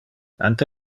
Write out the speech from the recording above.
ante